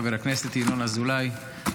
חבר הכנסת ינון אזולאי,